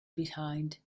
behind